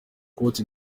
cote